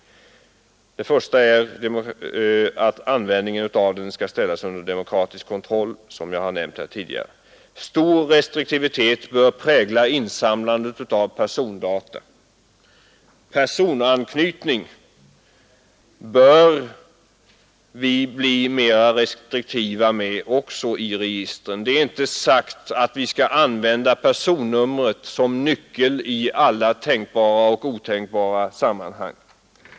Användningen av den bör, som jag tidigare har nämnt, ställas under demokratisk kontroll. Stor restriktivitet bör prägla insamlandet av persondata. Personanknytning bör vi bli mera restriktiva med, också i registren. Det är inte sagt att vi skall använda personnumret som nyckel i alla tänkbara och otänkbara sammanhang.